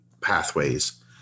pathways